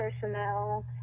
personnel